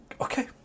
Okay